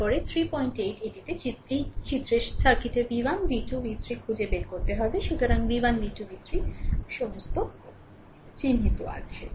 তারপরে 38 এটিতে চিত্রিত সার্কিটের v1 v2 v3 খুঁজে বের করতে হবে সুতরাং v1 v2 v3 সমস্ত চিহ্নিত আছে